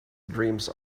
dreams